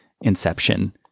Inception